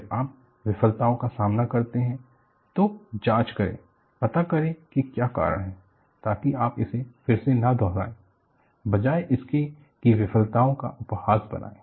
जब आप विफलताओं का सामना करते हैं तो जांच करें पता करें कि क्या कारण है ताकि आप इसे फिर से न दोहराए बजाय इसके कि विफलताओं का उपहास बनाए